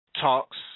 talks